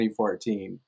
2014